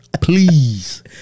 Please